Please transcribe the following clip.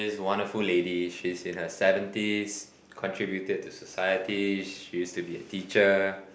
she's a wonderful lady she's in her seventies contributed to society she's to be a teacher